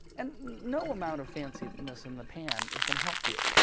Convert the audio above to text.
and no amount of fanciness in the pan is going to help you.